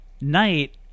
night